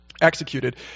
executed